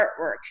artwork